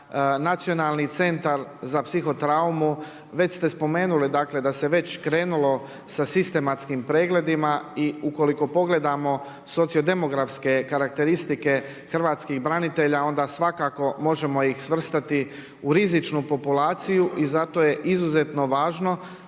Nacionalni centar za psiho traumu, već ste spomenuli dakle da se već krenulo sa sistematskim pregledima i ukoliko pogledamo socio-demografske karakteristike hrvatskih branitelja onda svakako možemo ih svrstati u rizičnu populaciju i zato je izuzetno važno